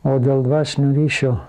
o dėl dvasinio ryšio